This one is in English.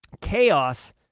chaos